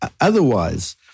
otherwise